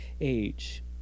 age